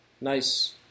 Nice